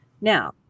now